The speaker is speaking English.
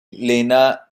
lena